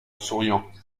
souriant